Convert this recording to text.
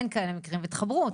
אין כאלה מקרים ותחברו.